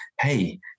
hey